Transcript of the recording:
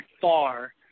far